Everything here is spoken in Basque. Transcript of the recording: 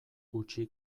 gutxi